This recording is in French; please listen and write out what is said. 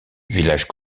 village